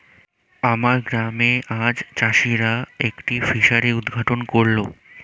আমার গ্রামে আজ চাষিরা একটি ফিসারি উদ্ঘাটন করল